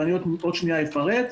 ואני עוד שנייה אפרט.